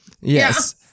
Yes